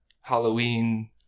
Halloween